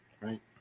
right